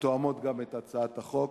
התואמות גם את הצעת החוק,